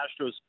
Astros